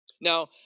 Now